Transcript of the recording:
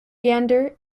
gander